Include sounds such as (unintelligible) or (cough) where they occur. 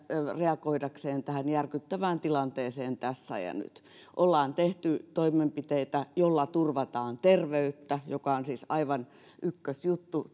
reagoidakseen tähän järkyttävään tilanteeseen tässä ja nyt ollaan tehty toimenpiteitä joilla turvataan terveyttä joka on siis aivan ykkösjuttu (unintelligible)